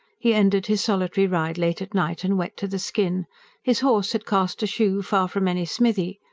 he ended his solitary ride late at night and wet to the skin his horse had cast a shoe far from any smithy.